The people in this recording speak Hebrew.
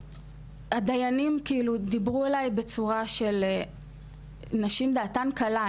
הדיינים דיברו אליי בצורה של נשים דעתן קלה,